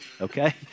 okay